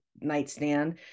nightstand